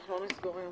אנחנו לא נסגור היום.